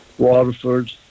Waterford